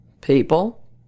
People